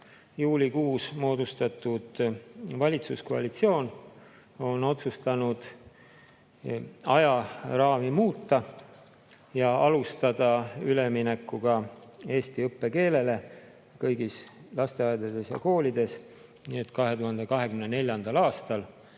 Juulikuus moodustatud valitsuskoalitsioon on otsustanud ajaraami muuta ja alustada üleminekut eesti õppekeelele kõigis lasteaedades ja koolides [varem], nii et 2024. aastal